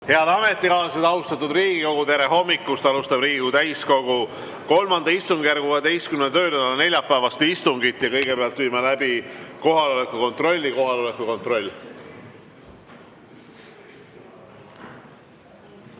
Head ametikaaslased, austatud Riigikogu! Tere hommikust! Alustame Riigikogu täiskogu III istungjärgu 12. töönädala neljapäevast istungit. Kõigepealt viime läbi kohaloleku kontrolli. Kohaloleku kontroll.